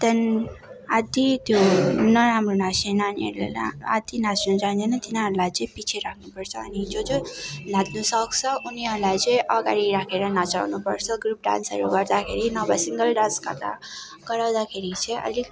त्यहाँदेखि अति त्यो नराम्रो नाच्ने नानीहरूलाई अति नाच्नु जान्दैन तिनीहरूलाई चाहिँ पिछे राख्नुपर्छ अनि जो जो नाच्नु सक्छ उनीहरूलाई चाहिँ अगाडि राखेर नचाउनुपर्छ ग्रुप डान्सहरू गर्दाखेरि नभए सिङ्गल डान्स गर्दा गराउँदाखेरि चाहिँ अलिक